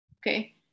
okay